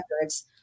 records